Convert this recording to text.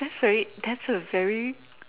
that's very that's a very